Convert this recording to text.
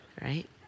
Right